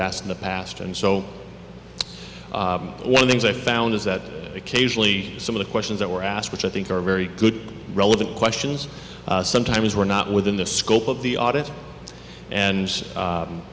asked in the past and so one things i found is that occasionally some of the questions that were asked which i think are very good relevant questions sometimes were not within the scope of the audit and